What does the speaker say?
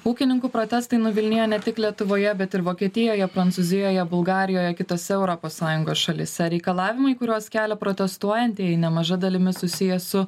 ūkininkų protestai nuvilnijo ne tik lietuvoje bet ir vokietijoje prancūzijoje bulgarijoje kitose europos sąjungos šalyse reikalavimai kuriuos kelia protestuojantieji nemaža dalimi susiję su